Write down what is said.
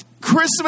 Christmas